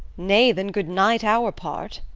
nay, then good-night our part!